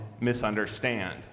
misunderstand